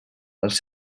els